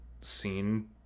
seen